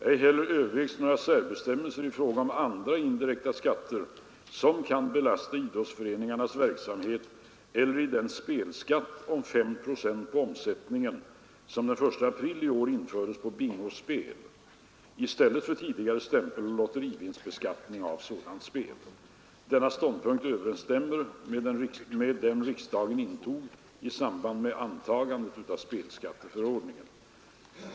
Ej heller övervägs några särbestämmelser i fråga om andra indirekta skatter som kan belasta idrottsföreningarnas verksamhet eller i den spelskatt om 5 procent på omsättningen som den 1 april i år infördes på bingospel i stället för tidigare stämpeloch lotterivinstbeskattning av sådant spel. Denna ståndpunkt överensstämmer med den riksdagen intog i samband med antagandet av spelskatteförordningen.